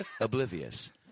Oblivious